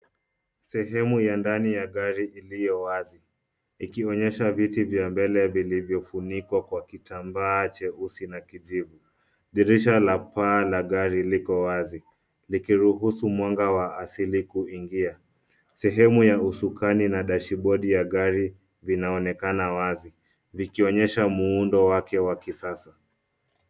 Sehemu ya ndani ya gari iliyowazi ikionyesha viti vya mbele vilivyofunikwa kwa kitambaa cheusi na kijivu. Dirisha la paa la gari liko wazi likiruhusu mwanga wa asili kuingia. Sehemu ya usukani na dashibodi ya gari vinaonekana wazi vikionyesha muundo wake wa kisasa.